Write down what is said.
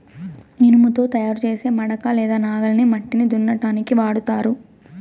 ఇనుముతో తయారు చేసే మడక లేదా నాగలిని మట్టిని దున్నటానికి వాడతారు